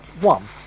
one